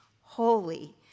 holy